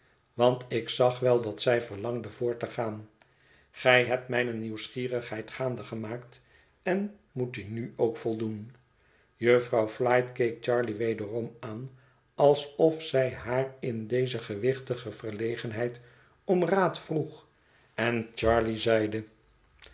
want ik zag wel dat zij verlangde voort te gaan gij hebt mijne nieuwsgierigheid gaande gemaakt en moet die nu ook voldoen jufvrouw flite keek charley wederom aan alsof zij haar in deze gewichtige verlegenheid om raad vroeg en charley zeide